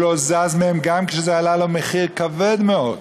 הוא לא זז מהם גם כשזה עלה לו במחיר כבד מאוד.